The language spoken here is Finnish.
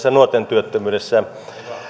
ja nuorten työttömyydessä